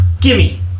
Gimme